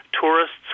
tourists